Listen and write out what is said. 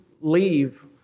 leave